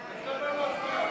58 בעד,